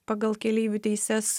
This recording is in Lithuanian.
pagal keleivių teises